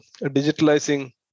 digitalizing